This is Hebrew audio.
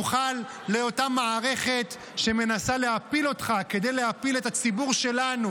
תוכל לאותה מערכת שמנסה להפיל אותך כדי להפיל את הציבור שלנו,